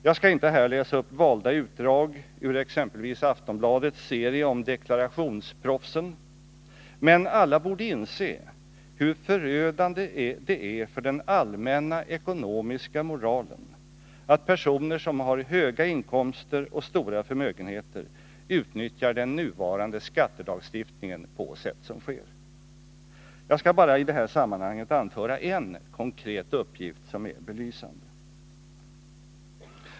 Jag skall inte här läsa upp valda utdrag ur exempelvis Aftonbladets serie om deklarationsproffsen, men alla borde inse hur förödande det är för den allmänna ekonomiska moralen att personer som har höga inkomster och stora förmögenheter utnyttjar den nuvarande skattelagstiftningen på sätt som sker. Jag skall i det sammanhanget bara anföra en konkret uppgift, som är belysande.